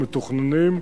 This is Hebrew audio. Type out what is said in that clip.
מתוכננים.